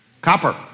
copper